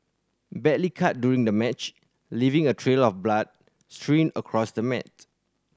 badly cut during the match leaving a trail of blood strewn across the mat